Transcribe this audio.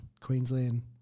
Queensland